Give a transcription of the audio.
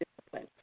discipline